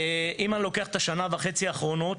אם אני לוקח את השנה וחצי האחרונות,